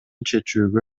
чечүүгө